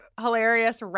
hilarious